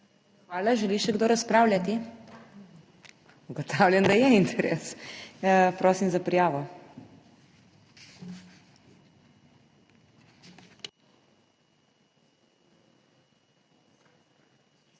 Hvala. Želi še kdo razpravljati? Ugotavljam, da je interes. Prosim za prijavo.